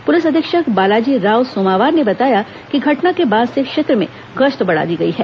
police अधीक्षक बालाजी राव सोमावार ने बताया कि घटना के बाद से क्षेत्र में गश्त बढ़ा दी गई है